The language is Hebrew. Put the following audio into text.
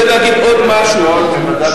לעשירים.